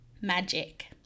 magic